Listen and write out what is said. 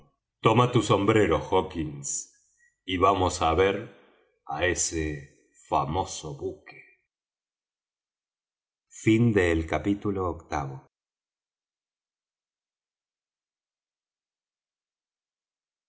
toma tu sombrero hawkins y vamos á ver ese famoso buque